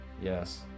yes